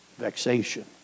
vexation